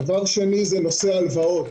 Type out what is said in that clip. דבר שני זה נושא ההלוואות.